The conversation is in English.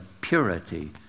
purity